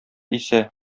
исә